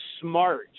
smart